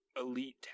elite